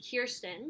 Kirsten